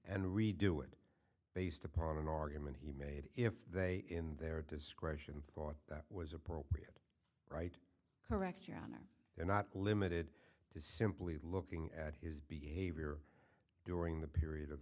and redo it based upon an argument he made if they in their discretion thought that was appropriate right correct your honor they're not limited to simply looking at his behavior during the period of